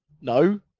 No